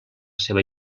seva